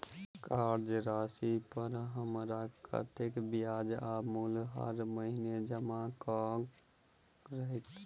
कर्जा राशि पर हमरा कत्तेक ब्याज आ मूल हर महीने जमा करऽ कऽ हेतै?